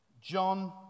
John